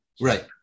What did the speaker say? Right